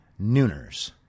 nooners